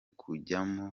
kujyamo